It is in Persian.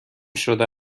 شده